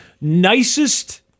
Nicest